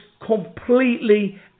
completely